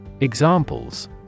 Examples